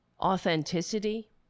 authenticity